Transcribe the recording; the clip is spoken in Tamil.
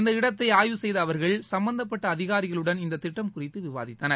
இந்த இடத்தைஆய்வு செய்தஅவர்கள் சம்பந்தப்பட்டஅதிகாரிகளுடன் இந்தத் திட்டம் குறித்துவிவாதித்தனர்